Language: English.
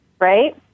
right